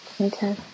Okay